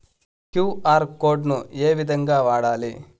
QR code ను ఏ విధంగా వాడాలి?